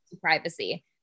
privacy